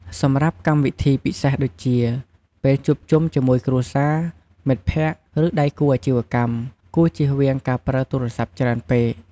សម្រាប់កម្មវិធីពិសេសដូចជា ពេលជួបជុំជាមួយគ្រួសារ មិត្តភក្តិ ឬដៃគូអាជីវកម្ម គួរជៀសវាងការប្រើទូរស័ព្ទច្រើនពេក។